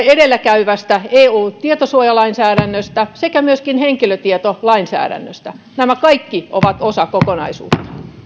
edellä käyvästä eun tietosuojalainsäädännöstä sekä myöskin henkilötietolainsäädännöstä nämä kaikki ovat osa kokonaisuutta